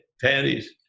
panties